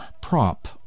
prop